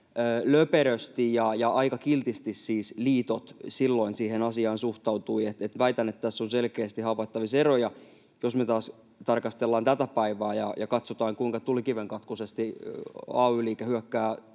löperösti ja aika kiltisti liitot siihen asiaan suhtautuivat. Väitän, että tässä on selkeästi havaittavissa eroja, jos me taas tarkastellaan tätä päivää ja katsotaan, kuinka tulikivenkatkuisesti ay-liike hyökkää